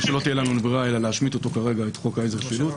לכן כנראה שלא תהיה לנו ברירה אלא להשמיט כרגע את חוק העזר (שילוט).